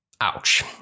ouch